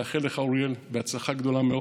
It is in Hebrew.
לאחל לך, אוריאל, הצלחה גדולה מאוד.